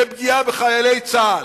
בפגיעה בחיילי צה"ל,